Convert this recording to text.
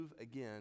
again